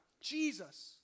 Jesus